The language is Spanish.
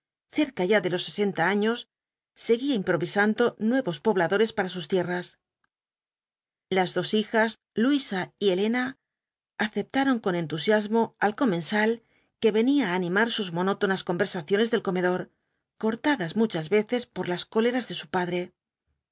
cerca ya de los sesenta años seguía improvisando nuevos pobladote para sus tierras las dos hijas luisa y elena aceptaron con entusiasmo al comensal que venía á animar sus monótonas conversaciones del comedor cortadas muchas veces por las cóleras del padre